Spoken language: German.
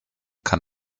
kann